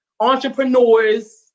entrepreneurs